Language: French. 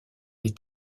les